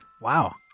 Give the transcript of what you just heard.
Wow